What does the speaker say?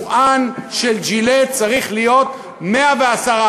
היבואן של "ג'ילט" צריכה להיות 110%?